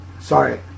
Sorry